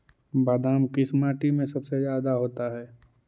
बादाम किस माटी में सबसे ज्यादा होता है?